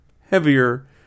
heavier